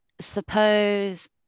suppose